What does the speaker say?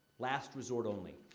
last resort only.